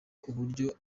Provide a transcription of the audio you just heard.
uburyo